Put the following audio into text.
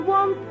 one